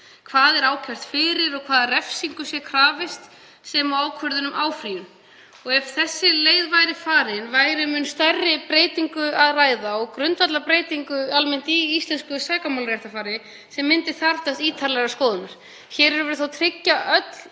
hvað sé ákært fyrir og hvaða refsingar sé krafist, sem og ákvörðun um áfrýjun. Ef þessi leið væri farin væri um mun stærri breytingu að ræða, grundvallarbreytingu í íslensku sakamálaréttarfari, sem myndi þarfnast ítarlegrar skoðunar. Hér erum við þó að tryggja öll